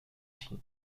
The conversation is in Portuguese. din